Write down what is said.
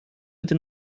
bitte